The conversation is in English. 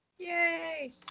Yay